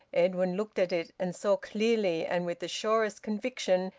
edwin looked at it and saw clearly, and with the surest conviction,